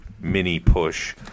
mini-push